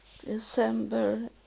December